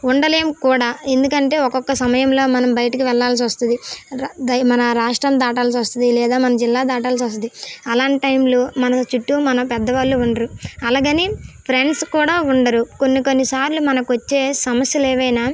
ఉండలేము కూడా ఎందుకంటే ఒక్కొక్క సమయంలో మనం బయటికి వెళ్ళాల్సి వస్తుంది మన రాష్ట్రం దాటాల్సి వస్తుంది లేదా మన జిల్లా దాటాల్సి వస్తుంది అలాంటి టైంలో మన చుట్టూ మన పెద్దవాళ్ళు ఉండరు అలాగని ఫ్రెండ్స్ కూడా ఉండరు కొన్ని కొన్నిసార్లు మనకు వచ్చే సమస్యలు ఏవైనా